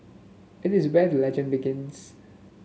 it is where the legend begins